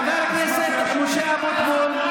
חבר הכנסת משה אבוטבול,